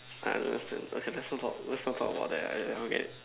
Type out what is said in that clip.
I don't understand okay let's not talk about that I don't get it